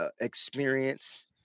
Experience